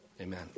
Amen